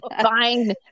Fine